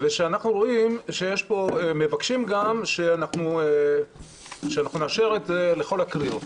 ושאנחנו מבקשים שנאשר את זה לכל הקריאות,